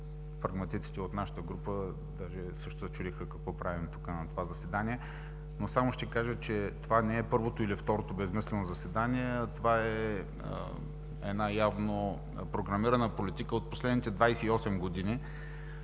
Прагматиците от нашата група даже също се чудиха какво правим тук на това заседание. Само ще кажа, че това не е първото или второто безсмислено заседание, това е една явно програмирана политика от последните 28 години.